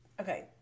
okay